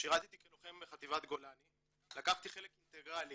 שירתי כלוחם בחטיבת גולני, לקחתי חלק אינטגרלי